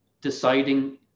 deciding